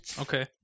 Okay